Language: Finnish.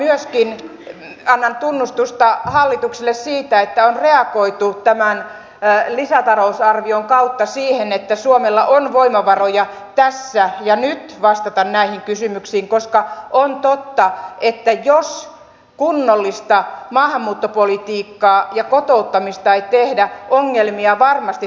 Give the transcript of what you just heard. myöskin annan tunnustusta hallitukselle siitä että on reagoitu tämän lisätalousarvion kautta siihen että suomella on voimavaroja tässä ja nyt vastata näihin kysymyksiin koska on totta että jos kunnollista maahanmuuttopolitiikkaa ja kotouttamista ei tehdä ongelmia varmasti tulee